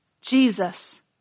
Jesus